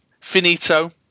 Finito